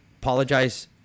apologize